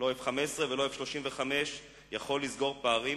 לא 15F- ולא 35-F לא יכול לסגור פערים